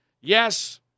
Yes